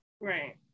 Right